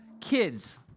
Kids